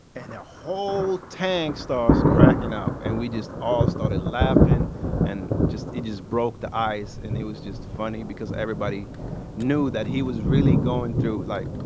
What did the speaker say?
and the whole tank starts cracking up. and we just all started laughing and just it just broke the ice, and it was just funny because everybody knew that he was really going through like,